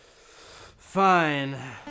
Fine